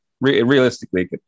Realistically